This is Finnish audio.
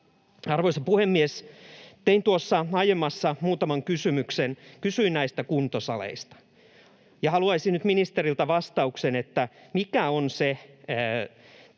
Arvoisa puhemies! Tein tuossa aiemmin muutaman kysymyksen, kysyin näistä kuntosaleista, ja haluaisin nyt ministeriltä vastauksen siihen, mikä on se